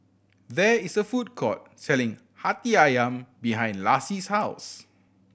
there is a food court selling Hati Ayam behind Lassie's house